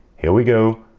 here we go,